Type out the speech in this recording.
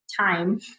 time